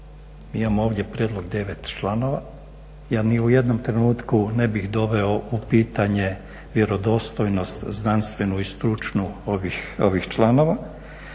Mi imamo ovdje prijedlog 9 članova. Ja ni u jednom trenutku ne bih doveo u pitanje vjerodostojnost, znanstvenu i stručnu ovih članova.